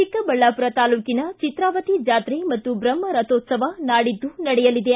ಚಿಕ್ಕಬಳ್ಳಾಪುರ ತಾಲೂಕಿನ ಚಿತ್ರಾವತಿ ಜಾತ್ರೆ ಮತ್ತು ಬ್ರಹ್ಮ ರಥೋತ್ಲವ ನಾಡಿದ್ದು ನಡೆಯಲಿದೆ